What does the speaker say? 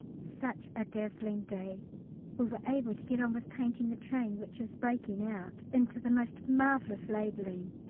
such a dazzling day we were able to get on with painting the train, which is breaking out into the most marvellous labelling,